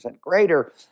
greater